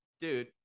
Dude